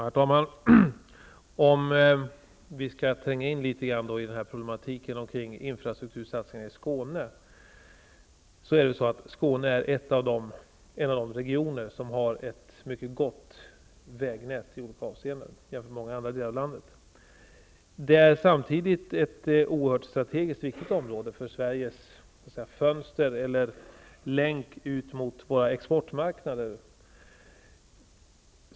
Herr talman! Om vi skall tränga in litet grand i denna problematiken kring infrastruktursatsningar i Skåne, är Skåne en av de regioner som har ett mycket gott vägnät jämfört med många andra delar av landet. Det är samtidigt strategiskt ett oerhört viktigt område för Sveriges fönster eller länk ut mot exportmarknaderna.